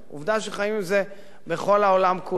עובדה שחיים עם זה בכל העולם כולו.